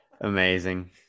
Amazing